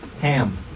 Ham